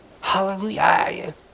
Hallelujah